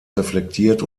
reflektiert